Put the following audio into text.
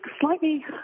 slightly